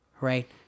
right